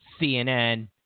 CNN